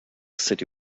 city